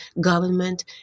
government